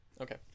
okay